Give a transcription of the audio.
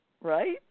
Right